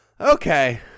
okay